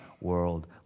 world